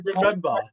remember